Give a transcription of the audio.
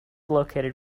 located